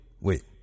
wait